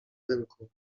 rynku